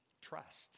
trust